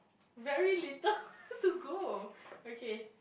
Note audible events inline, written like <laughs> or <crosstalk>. very little <laughs> to go okay